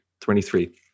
23